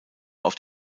auf